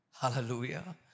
Hallelujah